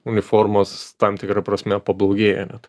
uniformos tam tikra prasme pablogėja net